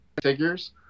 figures